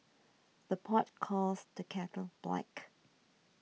the pot calls the kettle black